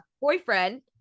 boyfriend